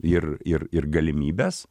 ir ir ir galimybes